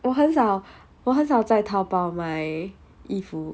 我很少我很少在 taobao 买衣服